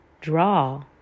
draw